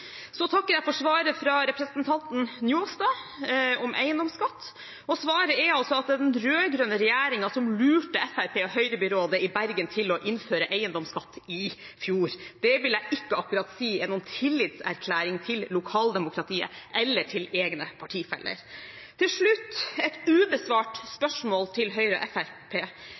Så takker jeg for svaret fra representanten Njåstad om eiendomsskatt. Svaret er altså at det er den rød-grønne regjeringen som «lurte» Fremskrittsparti–Høyre-byrådet i Bergen til å innføre eiendomsskatt i fjor. Det vil jeg ikke akkurat si er noen tillitserklæring til lokaldemokratiet eller til egne partifeller. Til slutt et ubesvart